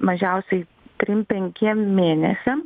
mažiausiai trim penkiem mėnesiam